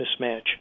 mismatch